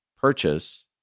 purchase